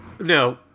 No